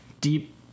Deep